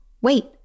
wait